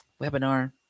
webinar